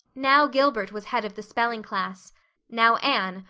now gilbert was head of the spelling class now anne,